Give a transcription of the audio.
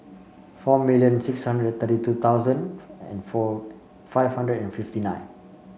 four million six hundred thirty two thousand and five hundred and fifty nine